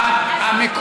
מי ישלם לעובד?